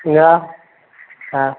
നിങ്ങളൊ അ